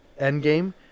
Endgame